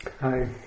Hi